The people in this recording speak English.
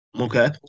Okay